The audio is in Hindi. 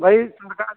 भाई